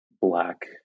black